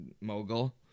mogul